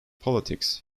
politics